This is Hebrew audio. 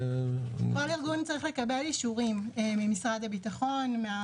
כל ארגון צריך לקבל אישורים ממשרד הביטחון.